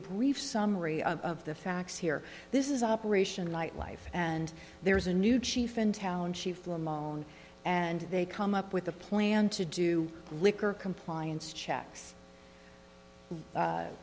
brief summary of the facts here this is operation light life and there's a new chief in town chief lamond and they come up with a plan to do liquor compliance checks